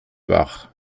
wach